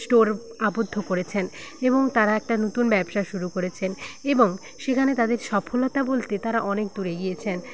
store আবদ্ধ করেছেন এবং তারা একটা নতুন ব্যবসা শুরু করেছেন এবং সেখানে তাদের সফলতা বলতে তারা অনেক দূর এগিয়েছেন